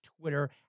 Twitter